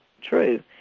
true